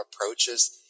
approaches